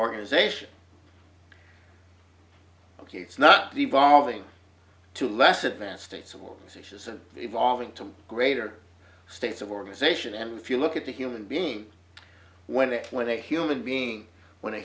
organization ok it's not devolving to less advanced states of organizations and evolving to greater states of organization and if you look at the human being when it when a human being when a